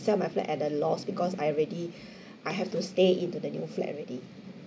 sell my flat at a loss because I already I have to stay into the new flat already